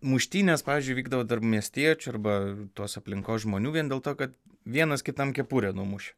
muštynės pavyzdžiui vykdavo tarp miestiečių arba tos aplinkos žmonių vien dėl to kad vienas kitam kepurę numušė